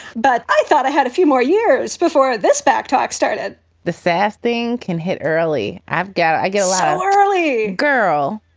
but i thought i had a few more years before this back talk started the fast thing can hit early. i've got i get a lot of early girl,